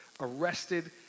arrested